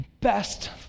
best